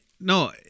no